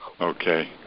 Okay